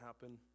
happen